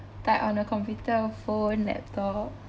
type on a computer or phone laptop